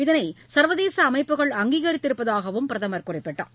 இதனை சர்வதேச அமைப்புகள் அங்கீகரித்திருப்பதாகவும் பிரதமர் குறிப்பிட்டார்